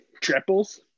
triples